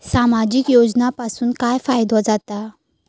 सामाजिक योजनांपासून काय फायदो जाता?